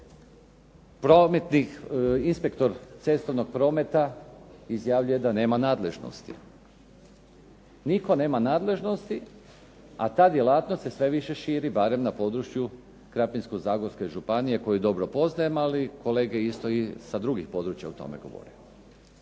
Inspektor cestovnog prometa izjavljuje da nema nadležnosti. Nitko nema nadležnosti, a ta djelatnost se sve više širi, barem na području Krapinsko-Zagorske županije koju dobro poznajemo, ali kolege isto i sa drugih područja o tome govore.